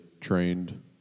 trained